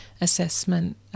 assessment